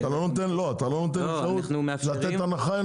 אתה לא נותן אפשרות לתת הנחה.